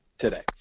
today